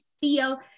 feel